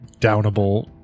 downable